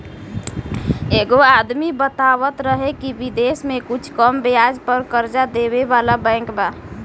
एगो आदमी बतावत रहे की बिदेश में कुछ कम ब्याज पर कर्जा देबे वाला बैंक बा